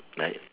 like